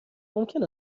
ممکن